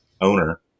owner